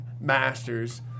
masters